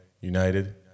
United